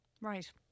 Right